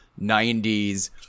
90s